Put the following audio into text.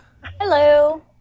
Hello